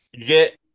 Get